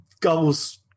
goals